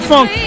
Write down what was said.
Funk